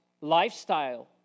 lifestyle